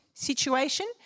situation